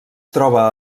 troba